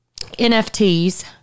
NFTs